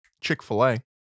Chick-fil-A